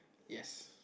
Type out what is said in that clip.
yes